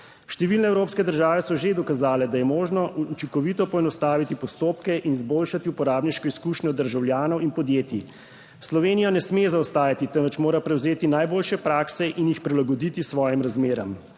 Številne evropske države so že dokazale, da je možno učinkovito poenostaviti postopke in izboljšati uporabniško izkušnjo državljanov in podjetij. Slovenija ne sme zaostajati, temveč mora prevzeti najboljše prakse in jih prilagoditi svojim razmeram